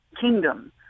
kingdom